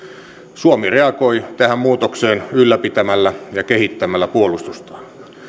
suomi reagoi tähän muutokseen ylläpitämällä ja kehittämällä puolustustaan